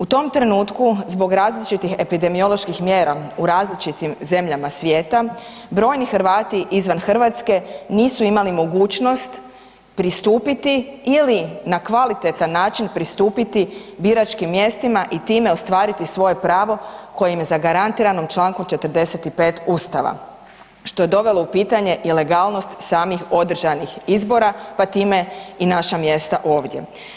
U tom trenutku zbog različitih epidemioloških mjera u različitim zemljama svijeta, brojni Hrvati izvan Hrvatske nisu imali mogućnost pristupiti ili na kvalitetan način pristupiti biračkim mjestima i time ostvariti svoje pravo koje im je zagarantirano čl. 45 Ustava, što je dovelo u pitanje ilegalnost samih održanih izbora, pa time i naša mjesta ovdje.